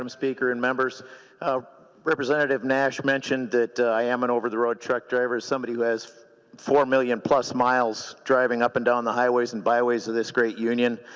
um speaker. and members representative nash mentioned that i'm an over the road truck driver. summary was four million plus miles of driving up and down the highways and byways of this great union.